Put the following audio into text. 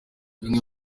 bimwe